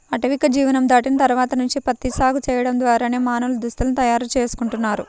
ఆటవిక జీవనం దాటిన తర్వాత నుంచి ప్రత్తి సాగు చేయడం ద్వారానే మానవులు దుస్తుల్ని తయారు చేసుకుంటున్నారు